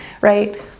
right